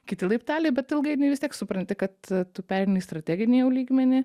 kiti laipteliai bet ilgainiui vis tiek supranti kad tu pereini strateginį jau lygmenį